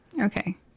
Okay